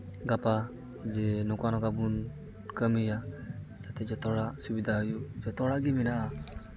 ᱜᱟᱯᱟ ᱡᱮ ᱱᱚᱝᱠᱟ ᱱᱚᱝᱠᱟ ᱵᱚᱱ ᱠᱟᱹᱢᱤᱭᱟ ᱡᱟᱛᱮ ᱡᱚᱛᱚ ᱦᱚᱲᱟᱜ ᱥᱩᱵᱤᱫᱷᱟ ᱦᱩᱭᱩᱜ ᱡᱚᱛᱚ ᱦᱚᱲᱟᱜ ᱢᱮᱱᱟᱜᱼᱟ